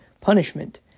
punishment